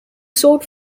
sought